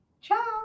Ciao